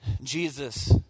Jesus